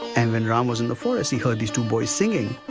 and when ram was in the forest he heard these two boys singing,